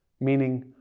Meaning